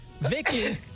Vicky